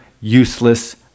useless